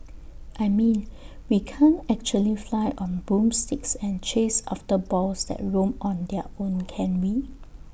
I mean we can't actually fly on broomsticks and chase after balls that roam on their own can we